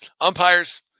umpires